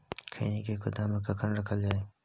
खैनी के गोदाम में कखन रखल जाय?